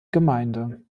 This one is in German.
gemeinde